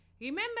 Remember